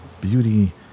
Beauty